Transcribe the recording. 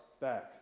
back